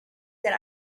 that